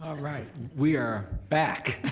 um right we are back.